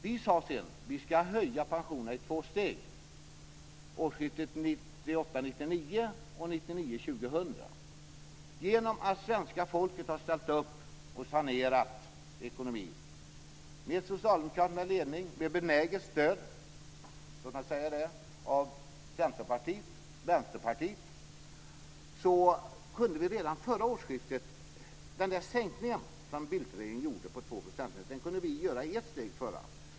Vi sade sedan att vi ska höja pensionerna i två steg, årsskiftet 1998 2000. Den sänkning med 2 % som Bildtregeringen gjorde kunde vi återställa i ett steg vid förra årsskiftet genom att svenska folket har ställt upp och sanerat ekonomin med socialdemokraterna i ledningen och med benäget stöd av Centerpartiet och Vänsterpartiet.